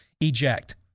eject